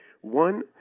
One